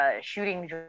shooting